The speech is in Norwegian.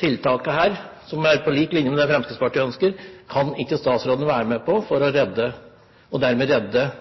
tiltakene, som er på lik linje med det Fremskrittspartiet ønsker, kan statsråden være med på og dermed redde